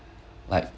like